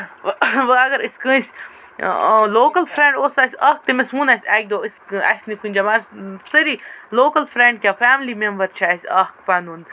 واریاہ ٲسۍ أسۍ لوکَل فرٮ۪نڈ اوس اَسہِ اکھ تٔمِس ووٚن اَسہِ اَکہِ دۄہ أسۍ اَسہِ نہِ کُنہِ جایہِ سٲری لوکَل فرٮ۪نڈ کیٚنہہ فٮ۪ملی مٮ۪مبر چھِ اَسہِ پَتہٕ